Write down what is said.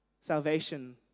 salvation